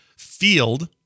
field